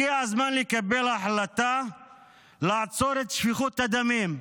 הגיע הזמן לקבל החלטה לעצור את שפיכות הדמים.